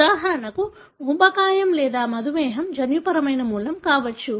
ఉదాహరణకు ఊబకాయం లేదా మధుమేహం జన్యుపరమైన మూలం కావచ్చు